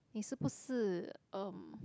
你是不是